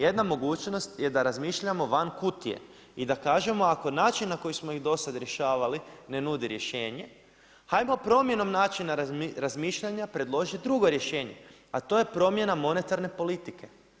Jedna mogućnost je da razmišljamo van kutije i da kažemo ako način na koji smo ih dosad rješavali ne nudi rješenje, hajmo promjenom načina razmišljanja predložiti drugo rješenje a to je promjena monetarne politike.